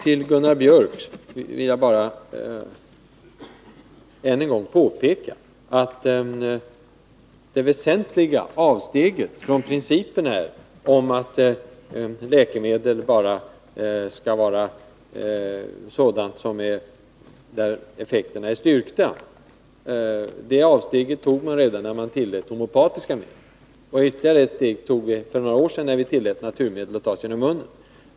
För Gunnar Biörck i Värmdö vill jag än en gång påpeka att det väsentliga avsteget från principen att läkemedel bara är sådant vars effekter är styrkta gjorde vi redan när vi tillät homeopatiska medel. Ytterligare ett steg tog vi för några år sedan när vi tillät naturmedel som tas genom munnen.